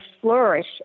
flourish